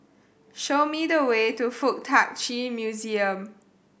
show me the way to Fuk Tak Chi Museum